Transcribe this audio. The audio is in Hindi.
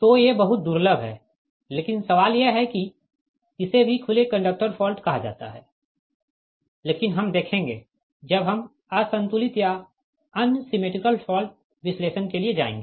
तो ये बहुत दुर्लभ है लेकिन सवाल यह है कि इसे भी खुले कंडक्टर फॉल्ट कहा जाता है लेकिन हम देखेंगे जब हम असंतुलित या अनसिमेट्रिकल फॉल्ट विश्लेषण के लिए जाएंगे